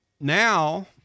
now